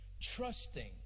trusting